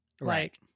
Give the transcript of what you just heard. Right